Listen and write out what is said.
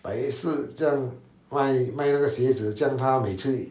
摆夜市这样卖卖那个鞋子这样他每次